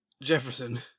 Jefferson